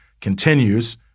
continues